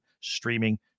streaming